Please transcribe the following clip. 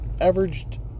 averaged